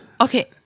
Okay